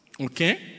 okay